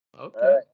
Okay